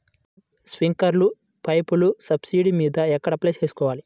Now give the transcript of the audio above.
Drip, స్ప్రింకర్లు పైపులు subsidy మీద ఎక్కడ అప్లై చేసుకోవాలి?